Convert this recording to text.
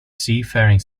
seafaring